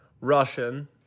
Russian